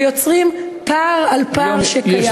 ויוצרים פער על פער שקיים.